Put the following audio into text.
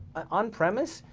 on-premise,